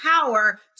power